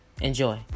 Enjoy